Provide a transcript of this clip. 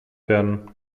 werden